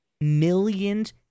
millions